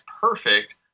perfect